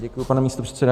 Děkuji, pane místopředsedo.